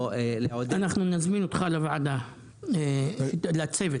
אנחנו נזמין אותך לצוות.